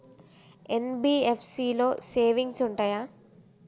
NBFC లో savings ఉంటయా?